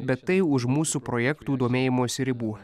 bet tai už mūsų projektų domėjimosi ribų